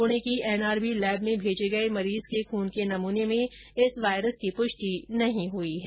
पूर्णे की NRB lab में भेजे गए मरीज के खून के नमूने में इस वायरस की पुष्टि नहीं हुई है